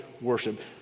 worship